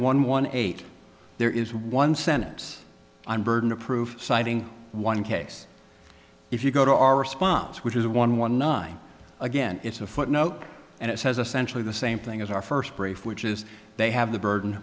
one one eight there is one sentence on burden of proof citing one case if you go to our response which is a one one nine again it's a footnote and it says essential in the same thing as our first brief which is they have the burden